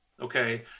Okay